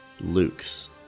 Luke's